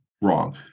wrong